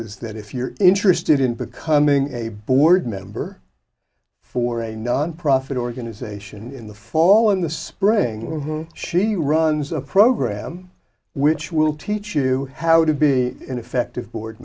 is that if you're interested in becoming a board member for a nonprofit organization in the fall in the spring she runs a program which will teach you how to be an effective board